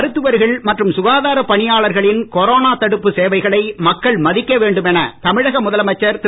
மருத்துவர்கள் மற்றும் சுகாதாரப் பணியாளர்களின் கொரோனா தடுப்பு சேவைகளை மக்கள் மதிக்க வேண்டும் என தமிழக முதலமைச்சர் திரு